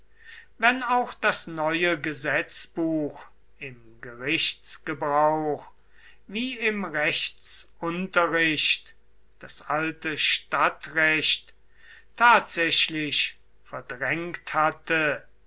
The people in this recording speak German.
wenn auch das neue gesetzbuch im gerichtsgebrauch wie im rechtsunterricht das alte stadtrecht tatsächlich verdrängt hatte